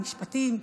המשפטים,